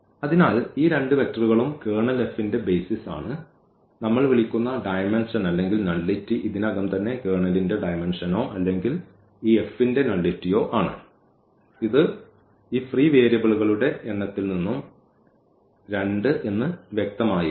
അതിനാൽ ഈ രണ്ട് വെക്റ്ററുകളും കേർണൽ എഫിന്റെ ബെയ്സിസ് ആണ് നമ്മൾ വിളിക്കുന്ന ഡയമെൻഷൻ അല്ലെങ്കിൽ നള്ളിറ്റി ഇതിനകം തന്നെ കേർണലിന്റെ ഡയമെന്ഷനോ അല്ലെങ്കിൽ ഈ F ന്റെ നള്ളിറ്റിയോ ആണ് ഇത് ഈ ഫ്രീ വേരിയബിളുകളുടെ എണ്ണത്തിൽ നിന്നും രണ്ട് എന്ന് വ്യക്തമായിരുന്നു